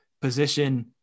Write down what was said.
position